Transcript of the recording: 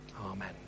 Amen